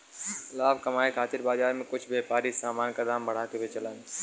लाभ कमाये खातिर बाजार में कुछ व्यापारी समान क दाम बढ़ा के बेचलन